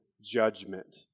judgment